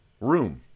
room